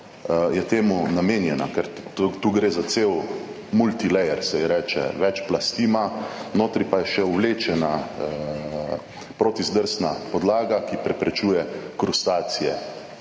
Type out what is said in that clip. je temu namenjena, ker tu gre za cel »multilayer«, se ji reče, več plasti ima, notri pa je še oblečena proti zdrsna podlaga, ki preprečuje krustacije,